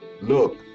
look